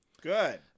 Good